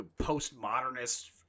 postmodernist